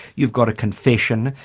you've got a confession,